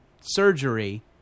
surgery